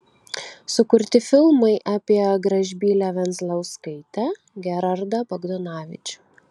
sukurti filmai apie gražbylę venclauskaitę gerardą bagdonavičių